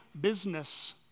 business